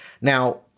Now